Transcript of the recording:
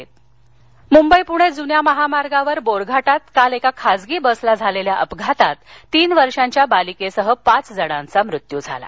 अपघात मुंबई पुणे जुन्या महामार्गावर बोरघाटात काल एका खासगी बसला झालेल्या अपघातात तीन वर्षांच्या बालिकेसह पाच जणांचा मृत्यू झाला